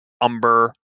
Umber